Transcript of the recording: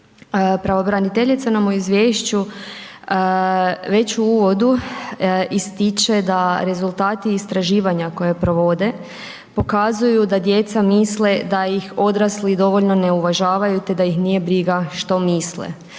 Pravobraniteljica nam u izvješću već u uvodu ističe da rezultati istraživanja koje provode pokazuju da djeca misle da ih odrasli dovoljno ne uvažavaju te da ih nije briga što misle.